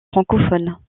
francophone